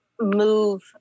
move